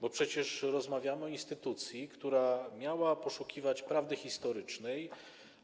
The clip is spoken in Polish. Bo przecież rozmawiamy o instytucji, która miała poszukiwać prawdy historycznej,